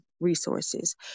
resources